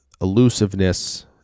elusiveness